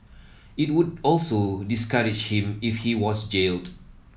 it would also discourage him if he was jailed